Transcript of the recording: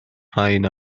rhain